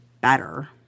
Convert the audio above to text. better